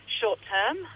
short-term